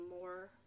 more